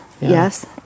yes